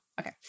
Okay